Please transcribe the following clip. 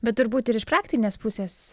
bet turbūt ir iš praktinės pusės